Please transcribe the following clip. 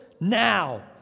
now